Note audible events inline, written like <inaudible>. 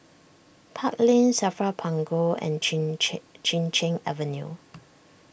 Park Lane Safra Punggol and Chin <unintelligible> Chin Cheng Avenue